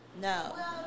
No